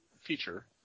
feature